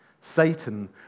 Satan